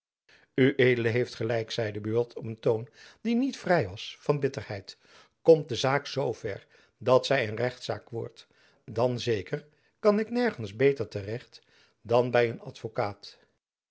ued heeft gelijk zeide buat op een toon die niet vrij was van bitterheid komt de zaak zoo ver dat zy een rechtszaak wordt dan zeker kan ik nergens beter te recht dan by een advokaat